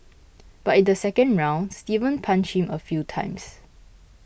but in the second round Steven punched him a few times